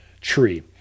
tree